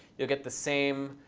you'll get the same